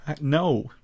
No